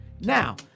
Now